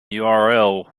url